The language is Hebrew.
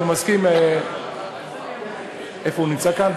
אם הוא מסכים, איפה הוא, נמצא כאן?